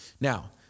Now